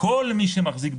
הכללי - כלום.